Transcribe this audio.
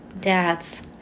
dads